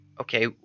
okay